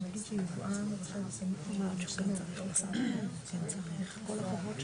שהוא בדק כי תכונות המזון נשמרות לפי בדיקות מקובלות.